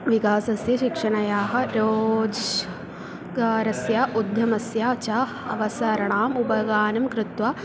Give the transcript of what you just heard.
विकासस्य शिक्षणस्य रोज्श् गारस्य उद्यमस्य च अवसराणाम् उपगानं कृत्वा